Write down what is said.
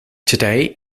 today